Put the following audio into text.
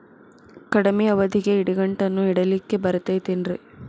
ಕಡಮಿ ಅವಧಿಗೆ ಇಡಿಗಂಟನ್ನು ಇಡಲಿಕ್ಕೆ ಬರತೈತೇನ್ರೇ?